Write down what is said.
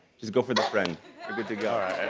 just go for the friend, you're good to go.